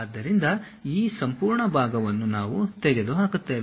ಆದ್ದರಿಂದ ಈ ಸಂಪೂರ್ಣ ಭಾಗವನ್ನು ನಾವು ತೆಗೆದುಹಾಕುತ್ತೇವೆ